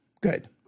Good